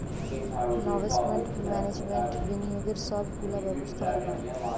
investment management বিনিয়োগের সব গুলা ব্যবস্থাপোনা